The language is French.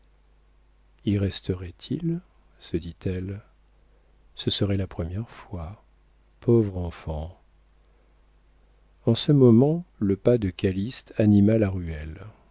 resterait-il se dit-elle ce serait la première fois pauvre enfant en ce moment le pas de calyste anima la ruelle